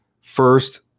first